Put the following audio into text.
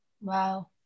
Wow